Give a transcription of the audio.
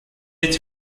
эти